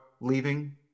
leaving